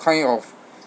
kind of